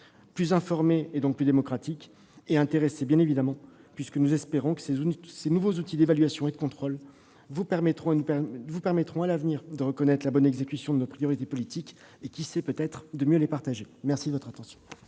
plus informé, donc plus démocratique ; intéressés, parce que nous espérons que ces nouveaux outils d'évaluation et de contrôle vous permettront à l'avenir de reconnaître la bonne exécution de nos priorités politiques et, qui sait, peut-être, de mieux les partager. La parole est